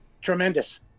tremendous